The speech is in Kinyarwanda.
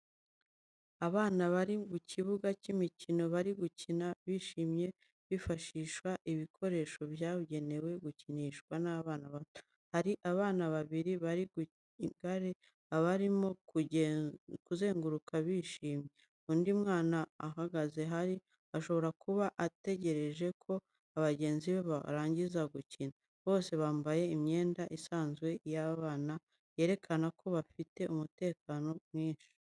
Abana bari mu kibuga cy’imikino, bari gukina bishimye, bifashisha ibikoresho byagenewe gukinishwa n’abana bato. Hari abana babiri bari ku ngare, barimo kuzenguruka bishimye. Undi mwana ahagaze hafi, ashobora kuba ategereje ko bagenzi be barangiza gukina. Bose bambaye imyenda isanzwe y’abana, yerekana ko bafite umutekano n’ibyishimo.